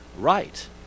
right